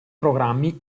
programmi